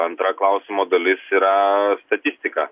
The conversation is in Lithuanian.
antra klausimo dalis yra statistika